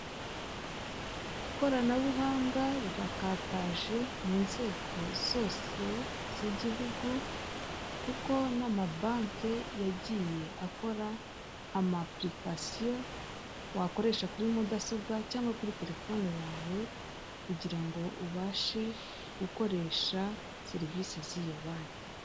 Ikoranabuhanga rirakataje mu nzego zose z'igihugu, kuko n'amabanki yagiye akora amapulikasiyo wakoresha kuri mudasobwa cyangwa kuri telefone yawe kugira ngo ubashe gukoresha serivise ziyo banki.